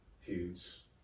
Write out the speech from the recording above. huge